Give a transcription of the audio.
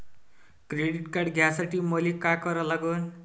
Credit card घ्यासाठी मले का करा लागन?